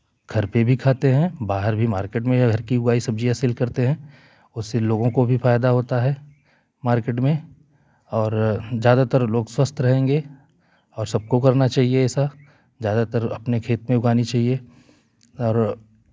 घर पर भी खाते हैं बाहर भी मार्केट में या घर की उगाई सब्जियाँ सेल करते हैं उससे लोगों को भी फायदा होता है मार्केट में और ज्यादातर लोग स्वस्थ रहेंगे और सबको करना चहिए ऐसा ज्यादातर अपने खेत में उगानी चाहिए और